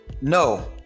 No